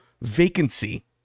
vacancy